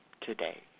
today